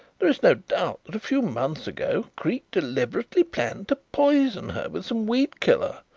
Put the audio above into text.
there is no doubt that a few months ago creake deliberately planned to poison her with some weed-killer.